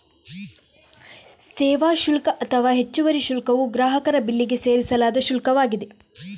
ಸೇವಾ ಶುಲ್ಕ ಅಥವಾ ಹೆಚ್ಚುವರಿ ಶುಲ್ಕವು ಗ್ರಾಹಕರ ಬಿಲ್ಲಿಗೆ ಸೇರಿಸಲಾದ ಶುಲ್ಕವಾಗಿದೆ